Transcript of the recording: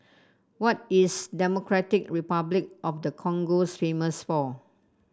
what is Democratic Republic of the Congo famous for